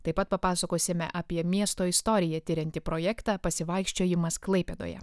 taip pat papasakosime apie miesto istoriją tirianti projektą pasivaikščiojimas klaipėdoje